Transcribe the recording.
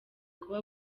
kuba